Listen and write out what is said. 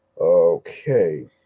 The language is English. Okay